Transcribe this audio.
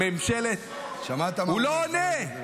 ממשלת ------ הוא לא עונה.